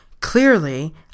Clearly